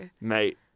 mate